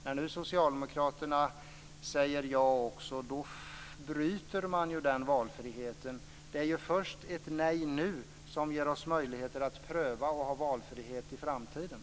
När Socialdemokraterna nu säger ja bryter man den valfriheten. Det är först ett nej nu som ger oss möjligheter att pröva och att ha valfrihet i framtiden.